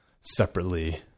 separately